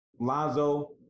Lonzo